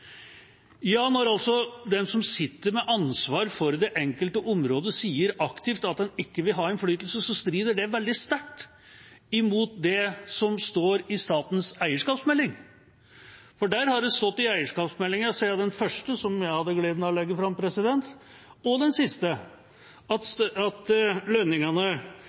Når den som sitter med ansvar for det enkelte område, sier aktivt at en ikke vil ha innflytelse, strider det veldig sterkt mot det som står i statens eierskapsmelding, for der har det stått fra den første, som jeg hadde gleden av å legge fram, til den siste at